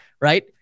Right